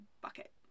bucket